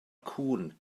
cŵn